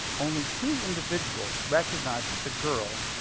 only two individuals recognized that the girl,